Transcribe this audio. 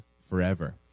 forever